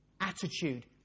attitude